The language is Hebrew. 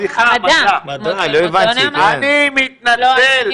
אני מתנצל.